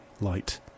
light